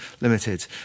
Limited